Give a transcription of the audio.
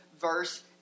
verse